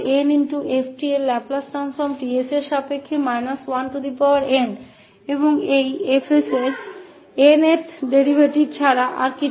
यह गुणन गुण है जहां इस लाप्लास रूपान्तरण केt2f का कुछ नहीं लेकिन n और 𝑛th डेरीवेटिव 𝐹𝑠 का है